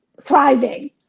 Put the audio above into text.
thriving